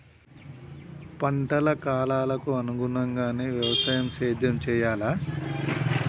పంటల కాలాలకు అనుగుణంగానే వ్యవసాయ సేద్యం చెయ్యాలా?